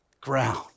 ground